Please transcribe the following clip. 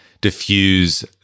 diffuse